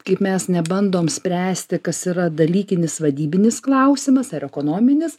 kaip mes nebandom spręsti kas yra dalykinis vadybinis klausimas ar ekonominis